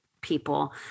people